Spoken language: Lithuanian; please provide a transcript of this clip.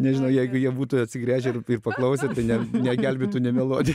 nežinau jeigu jie būtų atsigręžę ir paklausę tai ne negelbėtų nemeluot